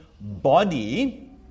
body